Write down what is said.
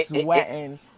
sweating